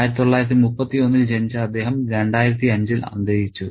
1931 ൽ ജനിച്ച അദ്ദേഹം 2005 ൽ അന്തരിച്ചു